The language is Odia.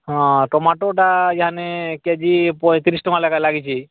ହଁ ଟମାଟୋଟା ୟାନେ କେଜି ପଇଁତିରିଶି ଟଙ୍କା ଲେଖାଁ ଲାଗିଛି